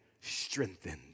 strengthened